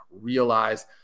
realize